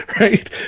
right